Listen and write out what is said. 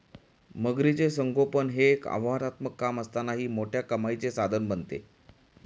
मगरीचे संगोपन हे एक आव्हानात्मक काम असतानाही मोठ्या कमाईचे साधन बनते